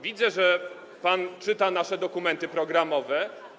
Widzę, że pan czyta nasze dokumenty programowe.